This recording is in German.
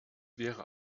wäre